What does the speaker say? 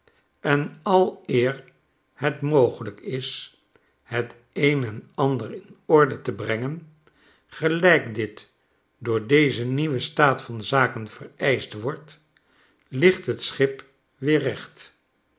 en aleer het mogelijk is het een en ander in orde te brengen gelijk dit voor dezen nieuwen staat van zaken vereischt wordt ligt het schip weer recht